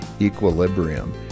equilibrium